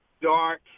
dark